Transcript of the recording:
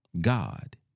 God